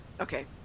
Okay